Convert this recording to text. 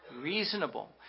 reasonable